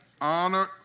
Honor